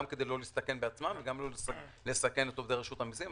גם לא להסתכן בעצמם וגם לא לסכן את עובדי רשות המיסים.